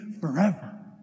forever